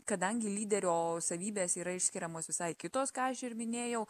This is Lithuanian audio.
kadangi lyderio savybės yra išskiriamos visai kitos ką aš ir minėjau